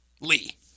Lee